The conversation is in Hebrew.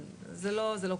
אבל זה לא קורה.